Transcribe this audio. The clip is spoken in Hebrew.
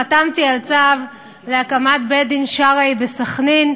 חתמתי על צו להקמת בית-דין שרעי בסח'נין.